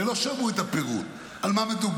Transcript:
לא שמעו את הפירוט, על מה מדובר,